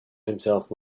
himself